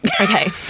Okay